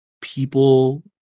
people